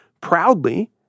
proudly